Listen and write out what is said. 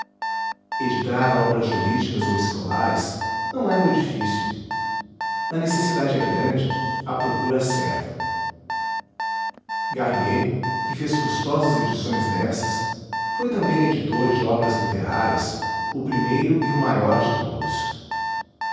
editar obras jurídicas ou escolares não é mui difícil a necessidade é grande a procura certa garnier que fez custosas edições dessas foi também editor de obras literárias o primeiro e o maior de todos